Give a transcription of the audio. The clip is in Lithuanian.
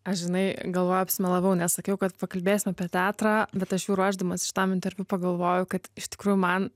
aš žinai galvojau apsimelavau nes sakiau kad pakalbėsim apie teatrą bet aš jau ruošdamasi šitam interviu pagalvojau kad iš tikrųjų man